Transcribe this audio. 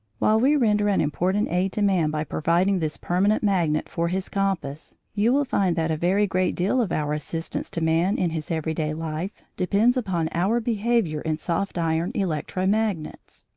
while we render an important aid to man by providing this permanent magnet for his compass, you will find that a very great deal of our assistance to man in his everyday life depends upon our behaviour in soft iron electro-magnets.